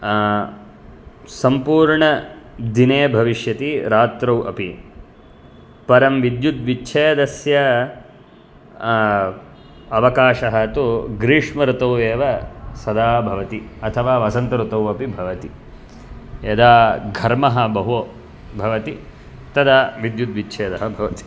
सम्पूर्णदिने भविष्यति रात्रौ अपि परं विद्युत् विच्छेदस्य अवकाशः तु ग्रीष्मऋतौ एव सदा भवति अथवा वसन्तऋतौ अपि भवति यदा घर्मः बहु भवति तदा विद्युत् विच्छेदः भवति